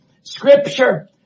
scripture